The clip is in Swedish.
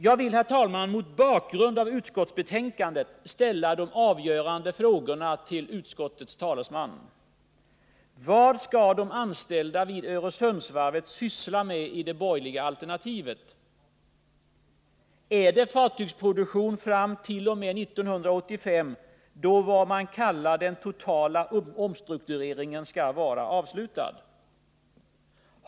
Jag vill, herr talman, mot bakgrund av utskottsbetänkandet ställa de avgörande frågorna till utskottets talesman: Vad skall de anställda vid Öresundsvarvet syssla med i det borgerliga alternativet? Är det fartygsproduktion fram t.o.m. 1985, då vad man kallar den totala omstruktureringen skall vara avslutad?